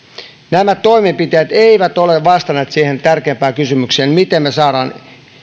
nämä toimenpiteet eivät ole vastanneet siihen tärkeimpään kysymykseen miten me saamme